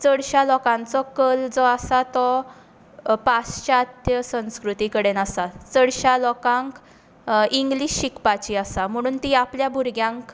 आनी चडश्या लोकांचो कल जो आसा तो पाश्चात्य संस्कृती कडेन आसा चडश्या लोकांक इंग्लीश शिकपाची आसा म्हणून तीं आपल्या भुरग्यांक